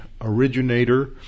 originator